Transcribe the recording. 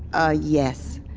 ah, yes.